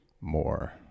more